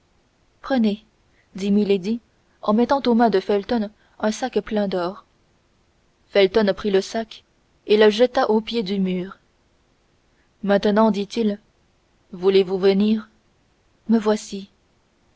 prenez dit milady en mettant aux mains de felton un sac plein d'or felton prit le sac et le jeta au pied du mur maintenant dit-il voulez-vous venir me voici